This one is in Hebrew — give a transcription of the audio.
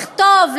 לכתוב,